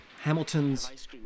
hamilton's